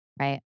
Right